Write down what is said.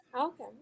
Okay